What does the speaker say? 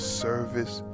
service